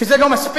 בסוריה.